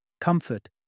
comfort